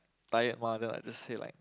tired mah then I just say like